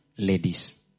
ladies